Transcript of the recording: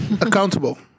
accountable